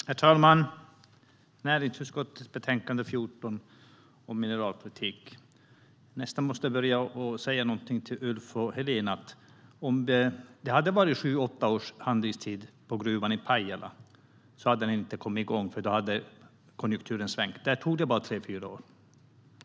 .Jag måste börja med att säga någonting till Ulf och Helena. Om det hade varit sju åtta års handläggningstid på gruvan i Pajala skulle den inte ha kommit igång. Då hade konjunkturen svängt. Där tog det bara tre fyra år.